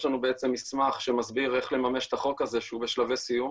יש לנו מסמך שמסביר איך לממש את החוק הזה שהוא בשלבי סיום.